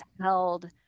held